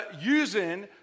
using